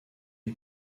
est